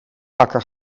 wakker